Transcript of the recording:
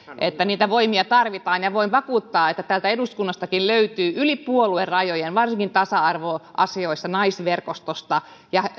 että niitä voimia tarvitaan ja voin vakuuttaa että täältä eduskunnastakin niitä löytyy yli puoluerajojen varsinkin tasa arvoasioissa naisverkostosta